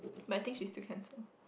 but I think she still cancel